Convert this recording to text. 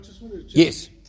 Yes